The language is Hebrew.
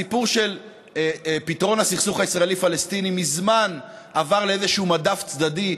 הסיפור של פתרון הסכסוך הישראלי פלסטיני מזמן עבר לאיזשהו מדף צדדי,